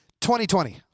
2020